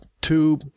two